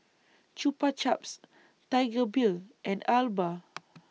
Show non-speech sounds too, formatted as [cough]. Chupa Chups Tiger Beer and Alba [noise]